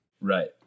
Right